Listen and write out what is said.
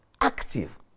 active